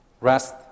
Rest